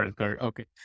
Okay